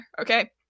okay